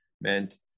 meant